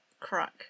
crack